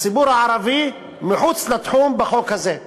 הציבור הערבי מחוץ לתחום בחוק הזה.